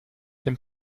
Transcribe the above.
dem